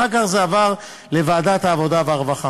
אחר כך זה עבר לוועדת העבודה והרווחה.